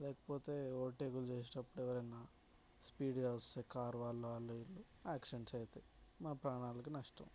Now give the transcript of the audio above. లేకపోతే ఓవర్ టేకులు చేసేటప్పుడు ఎవరైనా స్పీడ్గా వస్తే కారు వాళ్లు వాళ్లు వీళ్లు యాక్సిడెంట్స్ అవుతాయి మన ప్రాణాలకు నష్టం